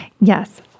Yes